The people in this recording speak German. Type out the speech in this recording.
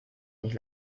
nicht